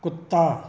ਕੁੱਤਾ